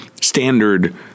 standard